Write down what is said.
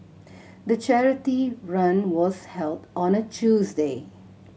the charity run was held on a Tuesday